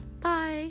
bye